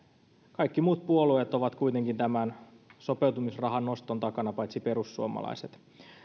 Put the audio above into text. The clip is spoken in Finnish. kaikki muut puolueet ovat kuitenkin tämän sopeutumisrahan noston takana paitsi perussuomalaiset